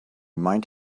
might